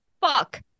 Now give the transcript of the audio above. fuck